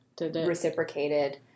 reciprocated